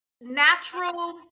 natural